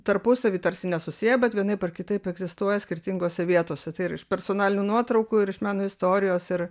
tarpusavy tarsi nesusiję bet vienaip ar kitaip egzistuoja skirtingose vietose tai yra iš personalinių nuotraukų ir iš meno istorijos ir